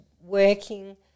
working